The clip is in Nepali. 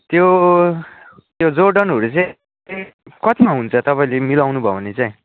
त्यो त्यो जोर्डनहरू चाहिँ कतिमा हुन्छ तपाईँले मिलाउनुभयो भने चाहिँ